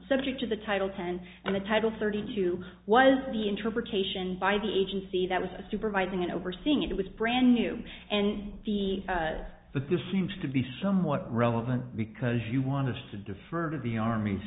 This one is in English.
subject to the title ten and the title thirty two was the interpretation by the agency that was supervising and overseeing it was brand new and the but this seems to be somewhat relevant because you want us to defer to the army's